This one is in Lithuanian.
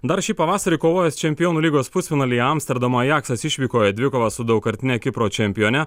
dar šį pavasarį kovojęs čempionų lygos pusfinalyje amsterdamo ajaksas išvykoje dvikovą su daugkartine kipro čempione